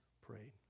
prayed